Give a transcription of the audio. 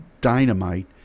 dynamite